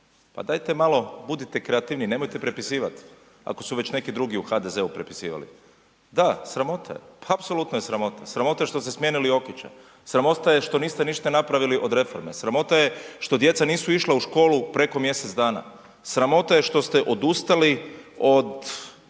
Pa dajte malo budite kreativniji, nemojte prepisivati ako se već neki drugi u HDZ-u prepisivali. Da, sramota je, pa apsolutna je sramota, sramota je što ste smijenili Jokića, sramota je što niste ništa napravili od reforme, sramota je što djeca nisu išla u školu preko mjesec dana, sramota je što ste odustali od